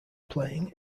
playing